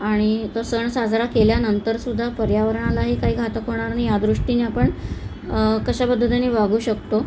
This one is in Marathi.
आणि तो सण साजरा केल्यानंतरसुद्धा पर्यावरणालाही काही घातक होणार नाही यादृष्टीने आपण कशा पद्धतीने वागू शकतो